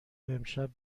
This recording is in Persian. امشب